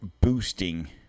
boosting